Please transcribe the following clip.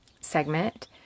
segment